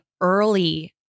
early